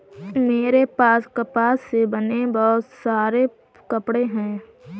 मेरे पास कपास से बने बहुत सारे कपड़े हैं